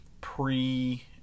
pre